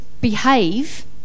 behave